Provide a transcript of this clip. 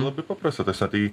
labai paprasta tasme tai